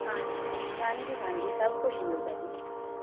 ਹਾਂਜੀ ਹਾਂਜੀ ਸਭ ਕੁਝ ਮਿਲਦਾ ਜੀ